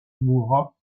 mourra